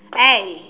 eh